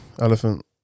Elephant